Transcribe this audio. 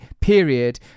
period